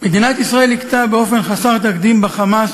מדינת ישראל הכתה באופן חסר תקדים ב"חמאס"